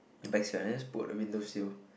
the backseat right then just pull out the windowsill